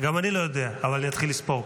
גם אני לא יודע, אבל אני אתחיל לספור.